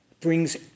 brings